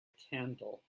candle